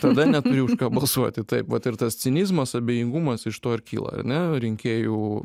tada neturi už ką balsuoti taip vat ir tas cinizmas abejingumas iš to ir kyla ar ne rinkėjų